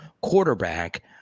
quarterback